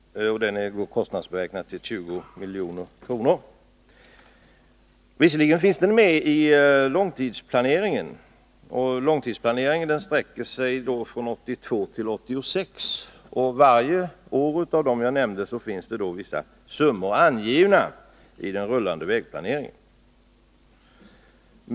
Den är kostnadsberäknad till 20 milj.kr. Visserligen finns den med i långtidsplaneringen, som sträcker sig från 1982 till 1986. För vart och ett av dessa år finns vissa summor angivna i den rullande vägplaneringen.